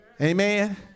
Amen